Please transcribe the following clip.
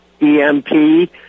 EMP